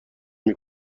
نمی